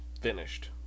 finished